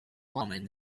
woman